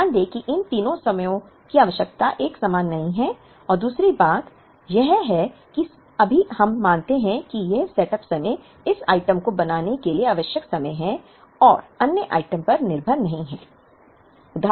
ध्यान दें कि इन तीनों समयों की आवश्यकता एक समान नहीं है और दूसरी बात यह है कि अभी हम मानते हैं कि यह सेटअप समय इस आइटम को बनाने के लिए आवश्यक समय है और अन्य आइटम पर निर्भर नहीं है